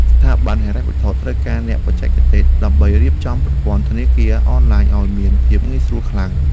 ស្ថាប័នហិរញ្ញវត្ថុត្រូវការអ្នកបច្ចេកទេស ដើម្បីរៀបចំប្រព័ន្ធធនាគារអនឡាញឱ្យមានភាពងាយស្រួលខ្លាំង។